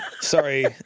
Sorry